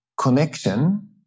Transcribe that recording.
connection